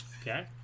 Okay